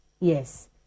Yes